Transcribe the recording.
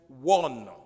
one